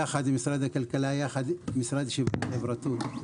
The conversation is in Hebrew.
יחד עם משרד הכלכלה ויחד עם המשרד לשוויון חברתי,